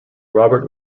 robert